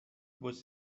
was